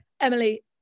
Emily